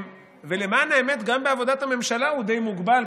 ולמען האמת גם בעבודת הממשלה הוא די מוגבל,